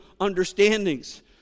understandings